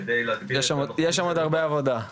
יש שם עוד הרבה עבודה.